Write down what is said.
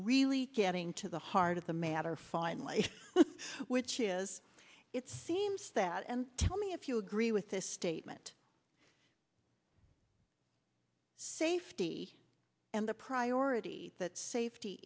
really getting to the heart of the matter finally which is it seems that and tell me if you agree with this statement safety and the priority that safety